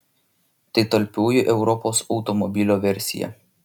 tai talpioji europos automobilio versija